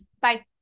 Bye